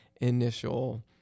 initial